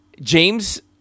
James